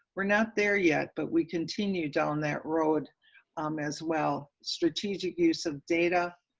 we're not there yet, but we continue down that road um as well. strategic use of data,